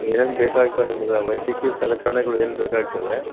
ಏನೇನು ಬೇಕಾಗ್ತವೆ ನಿಮ್ಗೆ ವೈದ್ಯಕೀಯ ಸಲಕರಣೆಗಳು ಏನು ಬೇಕಾಗ್ತವೆ